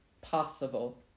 possible